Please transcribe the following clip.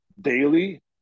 daily